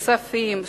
כספים,